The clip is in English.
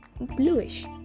bluish